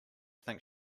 think